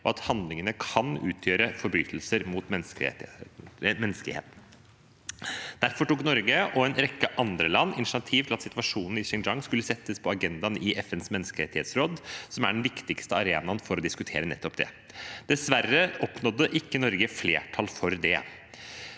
og at handlingene kan utgjøre forbrytelser mot menneskeheten. Derfor tok Norge og en rekke andre land initiativ til at situasjonen i Xinjiang skulle settes på agendaen i FNs menneskerettighetsråd, som er den viktigste arenaen for å diskutere nettopp det. Dessverre oppnådde ikke Norge flertall for det.